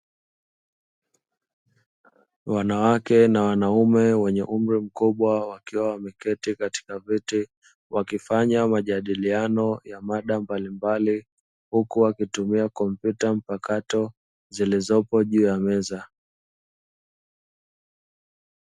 Wanawake na wanaume wenye umri mkubwa wakiwa wameketi katika viti wakifanya majadiliano ya mada mbalimbali; huku wakitumia kompyuta mpakato zilizopo juu ya meza.